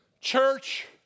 Church